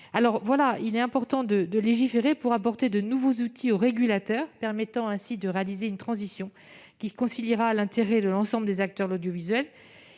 sur deux. Il est important de légiférer pour apporter de nouveaux outils au régulateur afin de réaliser une transition qui conciliera l'intérêt de l'ensemble des acteurs de l'audiovisuel